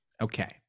Okay